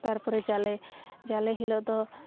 ᱛᱟᱨᱯᱚᱨᱮ ᱡᱟᱞᱮ ᱡᱟᱞᱮ ᱦᱤᱞᱚᱜᱫᱚ